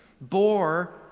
bore